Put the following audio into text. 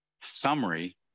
summary